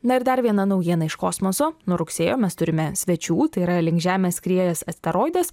na ir dar viena naujiena iš kosmoso nuo rugsėjo mes turime svečių tai yra link žemės skriejęs asteroidas